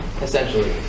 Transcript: essentially